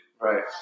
Right